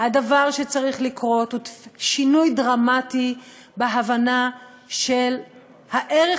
הדבר שצריך לקרות הוא שינוי דרמטי בהבנה של הערך